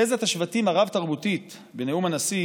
תזת השבטים הרב-תרבותית בנאום הנשיא